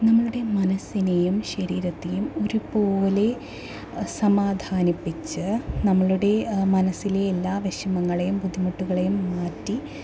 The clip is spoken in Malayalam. നമ്മളുടെ മനസ്സിനെയും ശരീരത്തേയും ഒരു പോലെ സമാധാനിപ്പിച്ച് നമ്മളുടെ മനസ്സിലെ എല്ലാ വിഷമങ്ങളെയും ബുദ്ധിമുട്ടുകളെയും മാറ്റി